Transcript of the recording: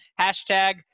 Hashtag